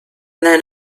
then